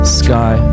sky